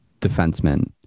defenseman